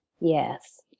Yes